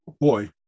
boy